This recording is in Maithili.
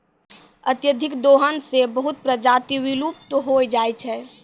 अत्यधिक दोहन सें बहुत प्रजाति विलुप्त होय जाय छै